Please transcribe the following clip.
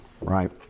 right